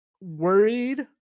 worried